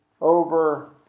over